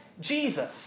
Jesus